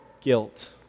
guilt